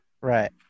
right